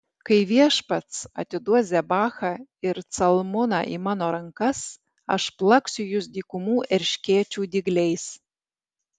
kai viešpats atiduos zebachą ir calmuną į mano rankas aš plaksiu jus dykumų erškėčių dygliais